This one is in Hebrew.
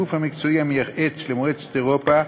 הגוף המקצועי המייעץ למועצת אירופה,